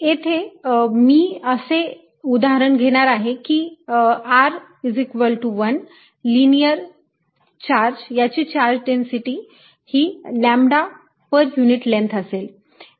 येथे मी असे उदाहरण घेणार आहे की r 1 लिनियर चार्ज याची चार्ज डेन्सिटी ही लॅम्बडा पर युनिट लेन्थ असेल